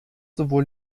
sowohl